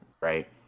right